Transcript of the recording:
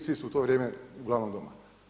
Svi su u to vrijeme uglavnom doma.